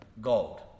gold